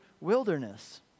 wilderness